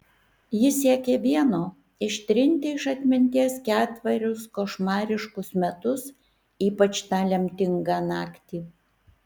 ji siekė vieno ištrinti iš atminties ketverius košmariškus metus ypač tą lemtingą naktį